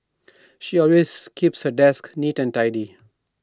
she always keeps her desk neat and tidy